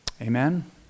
Amen